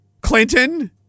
Clinton